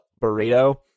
burrito